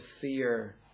fear